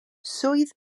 swydd